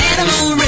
Animal